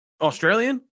Australian